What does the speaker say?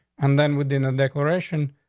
and then within the declaration,